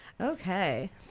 Okay